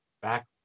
back